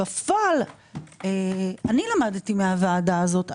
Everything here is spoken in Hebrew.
בפועל אני למדתי מהוועדה הזאת,